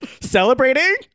celebrating